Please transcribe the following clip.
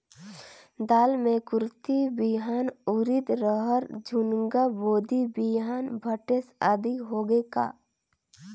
दाल मे कुरथी बिहान, उरीद, रहर, झुनगा, बोदी बिहान भटेस आदि होगे का?